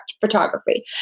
photography